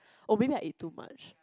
oh maybe I eat too much